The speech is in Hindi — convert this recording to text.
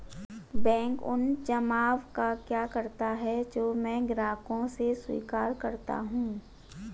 बैंक उन जमाव का क्या करता है जो मैं ग्राहकों से स्वीकार करता हूँ?